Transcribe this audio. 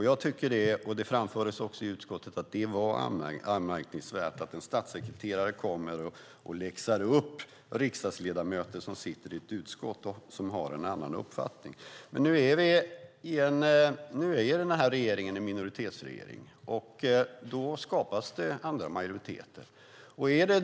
Jag tycker, och det framfördes också i utskottet, att det är anmärkningsvärt att en statssekreterare kommer och läxar upp riksdagsledamöter som sitter i ett utskott och som har en annan uppfattning. Nu är denna regering en minoritetsregering, och då skapas andra majoriteter.